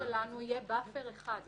לפי ההצעה שלנו יהיה באפר אחד,